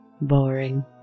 boring